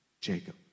Jacob